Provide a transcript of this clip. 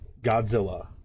godzilla